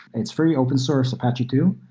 it's free open source apache two,